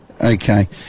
Okay